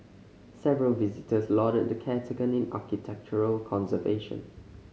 several visitors lauded the care taken in architectural conservation